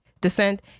descent